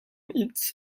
its